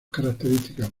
características